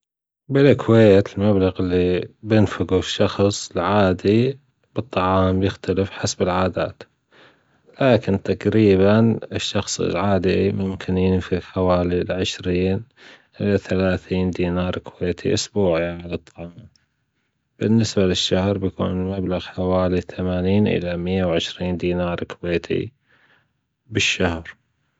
بالكويت المبلغ إلي بينفجة الشخص العادي بالطعام حسب العادات لكن تجريبًا الشخص العادي يمكن ينفق حوالي عشرين إلى ثلاثين دينار كويتي أسبوعي على الطعام بالنسبة للشهر بيكون المبلغ حوالي ثمانين إلى مية وعشرين دينار كويتي بالشهر.